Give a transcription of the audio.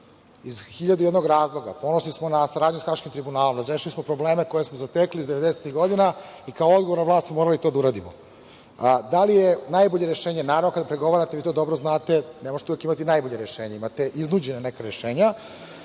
jednog razloga. Ponosni smo na saradnju sa Haškim tribunalom. Razrešili smo probleme koje smo zatekli 90-ih godina i kao odgovorna vlast smo morali to da uradimo. Da li je najbolje rešenje? Naravno, vi kada pregovarate, vi to dobro znate, ne možete uvek imati najbolje rešenje. Imate neka iznuđena rešenja. Dali